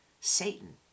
Satan